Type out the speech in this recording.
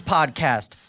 Podcast